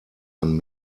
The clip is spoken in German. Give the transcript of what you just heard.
man